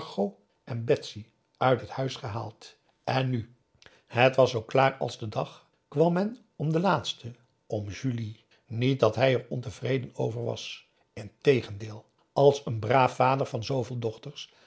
en betsy uit het huis gehaald en nu het was zoo klaar als de dag kwam men om de laatste om julie niet dat hij er ontevreden over was integendeel als een braaf vader van zooveel dochters